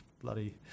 bloody